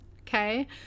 Okay